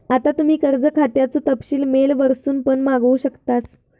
आता तुम्ही कर्ज खात्याचो तपशील मेल वरसून पण मागवू शकतास